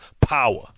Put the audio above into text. power